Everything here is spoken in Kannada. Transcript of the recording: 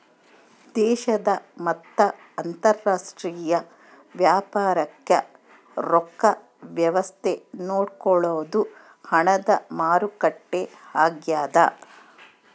ದೇಶದ ಮತ್ತ ಅಂತರಾಷ್ಟ್ರೀಯ ವ್ಯಾಪಾರಕ್ ರೊಕ್ಕ ವ್ಯವಸ್ತೆ ನೋಡ್ಕೊಳೊದು ಹಣದ ಮಾರುಕಟ್ಟೆ ಆಗ್ಯಾದ